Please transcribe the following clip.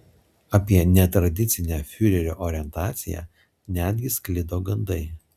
apie netradicinę fiurerio orientaciją netgi sklido gandai